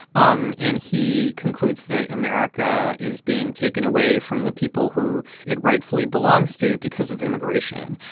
um and he concludes that america is being taken away from the people who it rightfully belongs to because of immigration.